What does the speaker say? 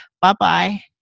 Bye-bye